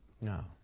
No